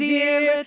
Dear